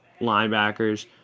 linebackers